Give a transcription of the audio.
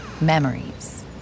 Memories